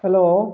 hello